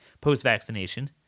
post-vaccination